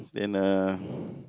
then uh